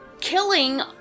killing